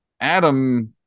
Adam